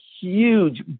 huge